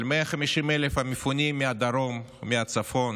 על 150,000 המפונים מהדרום ומהצפון,